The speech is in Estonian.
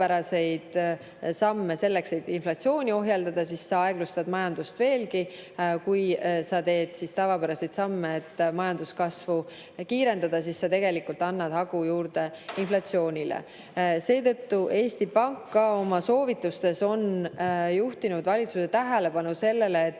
samme, selleks et inflatsiooni ohjeldada, siis sa aeglustad majandust veelgi, ning kui sa teed tavapäraseid samme, et majanduskasvu kiirendada, siis sa annad hagu juurde inflatsioonile. Seetõttu on Eesti Pank oma soovitustes juhtinud valitsuse tähelepanu sellele, et